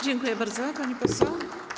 Dziękuję bardzo, pani poseł.